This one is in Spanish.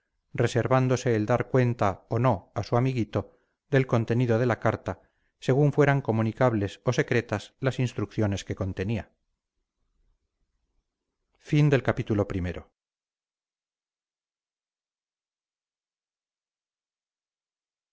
reservándose el dar cuenta o no a su amiguito del contenido de la carta según fueran comunicables o secretas las instrucciones que contenía